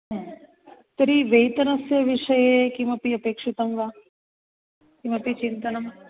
हा तर्हि वेतनस्य विषये किमपि अपेक्षितं वा किमपि चिन्तनं